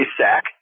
sack